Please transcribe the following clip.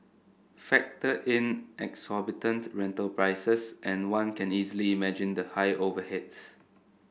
factor in exorbitant rental prices and one can easily imagine the high overheads